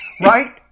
Right